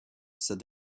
said